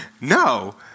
no